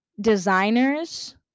designers